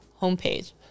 homepage